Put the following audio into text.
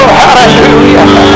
hallelujah